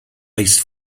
ice